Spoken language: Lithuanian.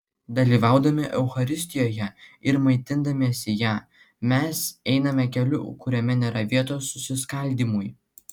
dalyvaudami eucharistijoje ir maitindamiesi ja mes einame keliu kuriame nėra vietos susiskaldymui